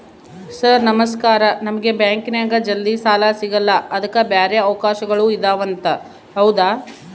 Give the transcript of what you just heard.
Sir ನಮಸ್ಕಾರ ನಮಗೆ ಬ್ಯಾಂಕಿನ್ಯಾಗ ಜಲ್ದಿ ಸಾಲ ಸಿಗಲ್ಲ ಅದಕ್ಕ ಬ್ಯಾರೆ ಅವಕಾಶಗಳು ಇದವಂತ ಹೌದಾ?